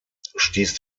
stieß